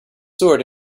sword